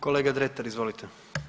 Kolega Dretar, izvolite.